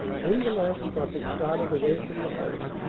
when the last truck had started away from the house,